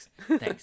thanks